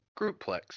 Groupplex